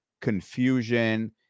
Confusion